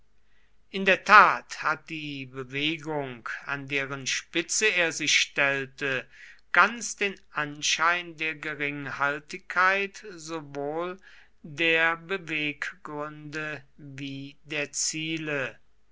in der tat hat die bewegung an deren spitze er sich stellte ganz den anschein der geringhaltigkeit sowohl der beweggründe wie der ziele